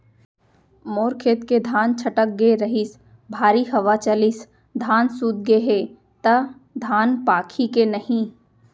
मोर खेत के धान छटक गे रहीस, भारी हवा चलिस, धान सूत गे हे, त धान पाकही के नहीं?